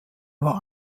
war